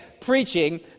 preaching